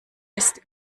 ist